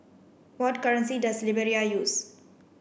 what currency does Liberia use